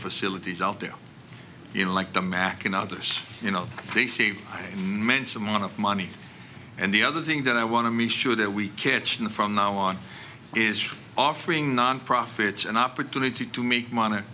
facilities out there you know like the mac and others you know they save in mensa amount of money and the other thing that i want to make sure that we catch and from now on is offering nonprofits an opportunity to make money